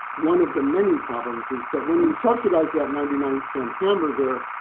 one of the many problems is that when you subsidize that ninety nine cent hamburger,